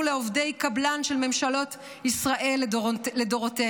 לעובדי קבלן של ממשלות ישראל האחרונות.